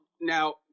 Now